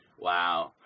wow